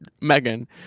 Megan